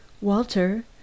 Walter